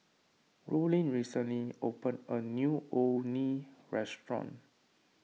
Rollin recently opened a new Orh Nee restaurant